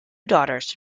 daughters